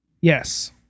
Yes